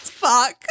fuck